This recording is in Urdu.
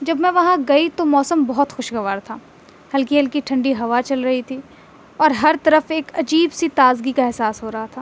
جب میں وہاں گئی تو موسم بہت خوشگوار تھا ہلکی ہلکی ٹھنڈی ہوا چل رہی تھی اور ہر طرف ایک عجیب سی تازگی کا احساس ہو رہا تھا